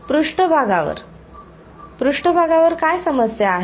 पृष्ठभागावर पृष्ठभागावर काय समस्या आहे